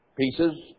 pieces